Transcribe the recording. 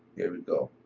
here we go,